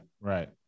Right